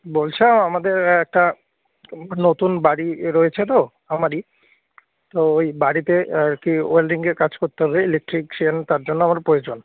বলছি আমাদের একটা নতুন বাড়ি রয়েছে তো আমারই তো ওই বাড়িতে কী ওয়েল্ডিংয়ের কাজ করতে হবে ইলেকট্রিশিয়ান তার জন্য আমার প্রয়োজন